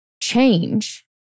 change